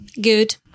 Good